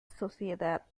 sociedad